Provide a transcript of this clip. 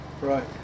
Right